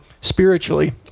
spiritually